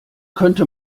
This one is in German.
könnte